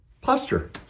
posture